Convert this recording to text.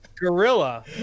Gorilla